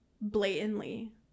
blatantly